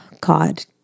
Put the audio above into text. God